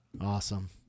Awesome